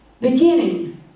beginning